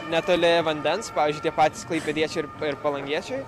netoli vandens pavyzdžiui tie patys klaipėdiečiai ir kolumbiečiai